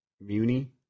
Muni